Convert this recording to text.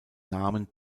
namen